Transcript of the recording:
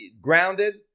Grounded